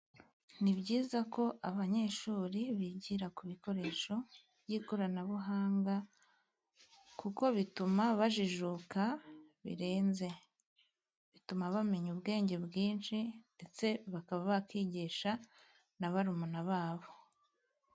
Ni byiza ko abanyeshuri bigira ku bikoresho by'koranabuhanga, kuko bituma bajijuka birenze. Bituma bamenya ubwenge bwinshi ndetse bakaba bakwigisha na barumuna babo.